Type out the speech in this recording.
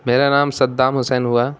میرا نام Saddam Hussein ہوا